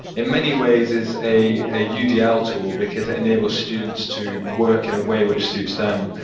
in many ways, is a yeah udl tool because it enables students to work in a way which suits them,